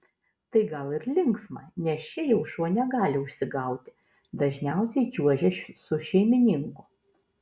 tai gal ir linksma nes čia jau šuo negali užsigauti dažniausiai čiuožia su šeimininku